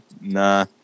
Nah